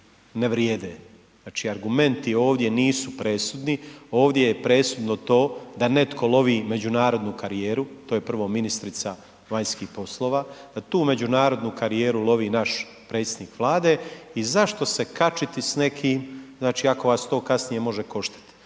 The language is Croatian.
ne vrijede, znači argumenti ovdje nisu presudni, ovdje je presudno to da netko lovi međunarodnu karijeru, to je prvo ministrica vanjskih poslova, da tu međunarodnu karijeru lovi naš predsjednik Vlade i zašto se kačiti s nekim znači ako vas to kasnije može koštati.